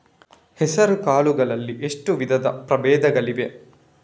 ಹೆಸರುಕಾಳು ಗಳಲ್ಲಿ ಎಷ್ಟು ವಿಧದ ಪ್ರಬೇಧಗಳಿವೆ?